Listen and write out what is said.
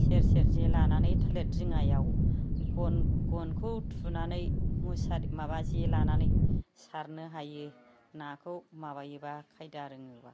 सेर सेर जे लानानै थालिर दिङायाव गनखौ थुनानै मुसारि माबा जे लानानै सारनो हायो नाखौ माबायोबो खायदा रोङोबा